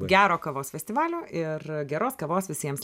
gero kavos festivalio ir geros kavos visiems